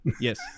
Yes